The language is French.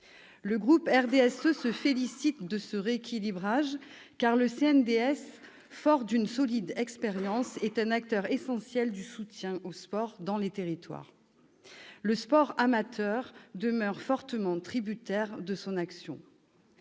Le groupe du RDSE se félicite de ce rééquilibrage, car le CNDS, fort d'une solide expérience, est un acteur essentiel du soutien au sport dans les territoires. Le sport amateur demeure fortement tributaire de son action.